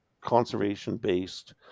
conservation-based